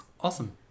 Awesome